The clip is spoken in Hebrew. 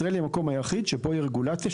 ישראל היא המקום היחיד שפה רגולציה,